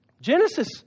Genesis